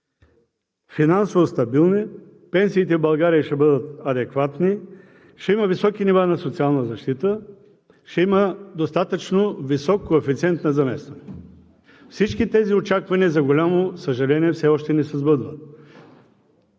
финансово стабилни, пенсиите в България ще бъдат адекватни, ще има високи нива на социална защита, ще има достатъчно висок коефициент на заместване. Всички тези очаквания за голямо съжаление все още не се сбъдват.